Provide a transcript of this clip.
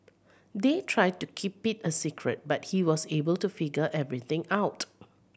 they tried to keep it a secret but he was able to figure everything out